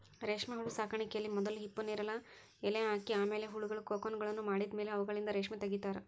ರೇಷ್ಮೆಹುಳು ಸಾಕಾಣಿಕೆಯಲ್ಲಿ ಮೊದಲು ಹಿಪ್ಪುನೇರಲ ಎಲೆ ಹಾಕಿ ಆಮೇಲೆ ಹುಳಗಳು ಕೋಕುನ್ಗಳನ್ನ ಮಾಡಿದ್ಮೇಲೆ ಅವುಗಳಿಂದ ರೇಷ್ಮೆ ತಗಿತಾರ